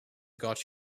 got